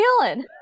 feeling